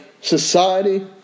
society